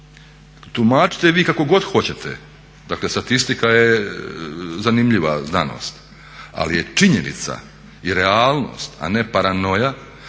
Tumačite vi kako god hoćete, dakle statistika je zanimljiva znanost ali je činjenica i realnost a ne paranoja